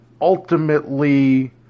ultimately